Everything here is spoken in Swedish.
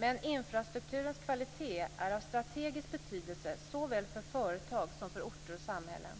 Men infrastrukturens kvalitet är av strategisk betydelse såväl för företag som för orter och samhällen.